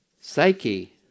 Psyche